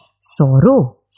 sorrow